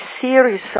series